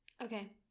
okay